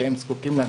שהם זקוקים לנו.